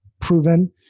proven